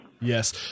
Yes